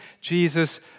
Jesus